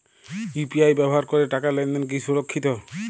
UPI ব্যবহার করে টাকা লেনদেন কি সুরক্ষিত?